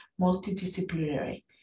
multidisciplinary